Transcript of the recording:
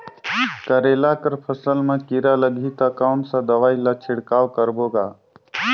करेला कर फसल मा कीरा लगही ता कौन सा दवाई ला छिड़काव करबो गा?